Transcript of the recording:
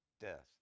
death